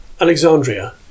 Alexandria